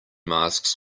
masks